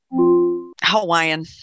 Hawaiian